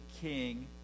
king